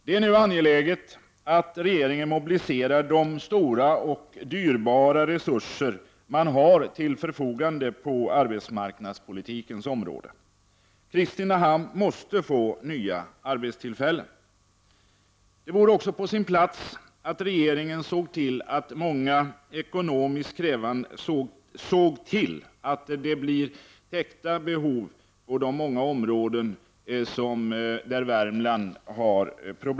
Det är nu angeläget att regeringen mobiliserar de stora och dyrbara resurser man har till förfogande på arbetsmarknadspolitikens område. Kristinehamn måste få nya arbetstillfällen. Det vore också på sin plats om regeringen såg till de många ekonomiskt krävande behov som finns i Värmland.